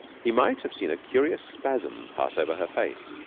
he might have seen a curious spasm pass over her face.